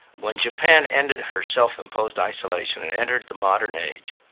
when japan ended her self-imposed isolation and entered the modern age,